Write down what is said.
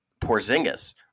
Porzingis